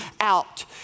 out